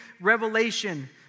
revelation